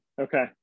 okay